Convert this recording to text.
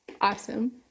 Awesome